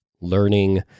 learning